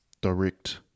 direct